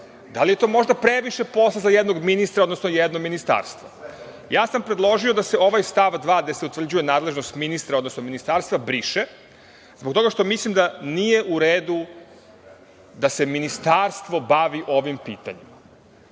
Da li je to možda previše posla za jednog ministra, odnosno jedno ministarstvo? Ja sam predložio da se ovaj stav 2. gde se utvrđuje nadležnost ministra, odnosno ministarstva briše, zbog toga što mislim da nije u redu da se ministarstvo bavi ovim pitanjem.